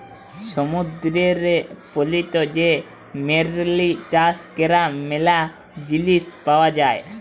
সমুদ্দুরের পলিতে যে মেরিল চাষ ক্যরে ম্যালা জিলিস পাওয়া যায়